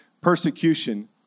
persecution